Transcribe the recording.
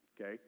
okay